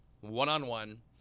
one-on-one